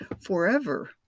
forever